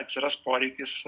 atsiras poreikis